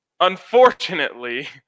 unfortunately